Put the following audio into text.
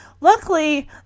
Luckily